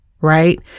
right